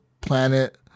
planet